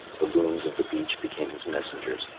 the loons of the beach became his messengers,